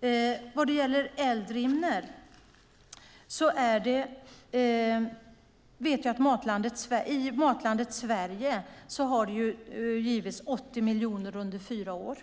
Sedan var det frågan om Eldrimner. Jag vet att i projektet Matlandet Sverige har det givits 80 miljoner under fyra år.